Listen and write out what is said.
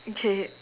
okay